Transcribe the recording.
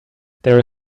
there